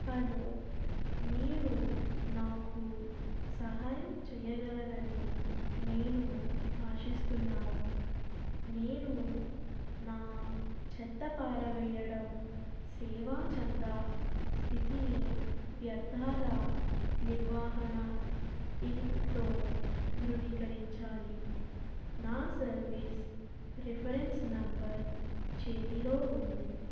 hello మీరు నాకు సహాయం చేయగలరని నేను ఆశిస్తున్నాను నేను నా చెత్త పారవేయడం సేవా చందా స్థితిని వ్యర్థాల నిర్వహణ ఇంక్తో ధృవీకరించాలి నా సర్వీస్ రిఫరెన్స్ నంబర్ చేతిలో ఉంది